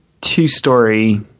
Two-story